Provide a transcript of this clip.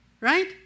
Right